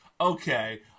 okay